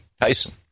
Tyson